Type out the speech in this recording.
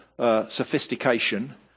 sophistication